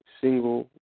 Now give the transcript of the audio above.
single